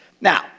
Now